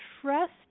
trust